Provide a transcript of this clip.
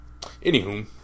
Anywho